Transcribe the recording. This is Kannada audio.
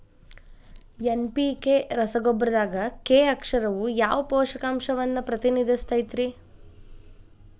ಎನ್.ಪಿ.ಕೆ ರಸಗೊಬ್ಬರದಾಗ ಕೆ ಅಕ್ಷರವು ಯಾವ ಪೋಷಕಾಂಶವನ್ನ ಪ್ರತಿನಿಧಿಸುತೈತ್ರಿ?